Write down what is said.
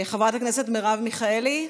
חברת הכנסת מרב מיכאלי,